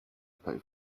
pay